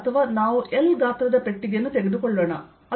ಅಥವಾ ನಾವು L ಗಾತ್ರದ ಪೆಟ್ಟಿಗೆಯನ್ನು ತೆಗೆದುಕೊಳ್ಳೋಣ ಅದು ವಿಷಯವಲ್ಲ